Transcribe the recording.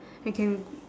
I can